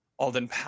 Alden